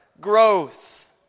growth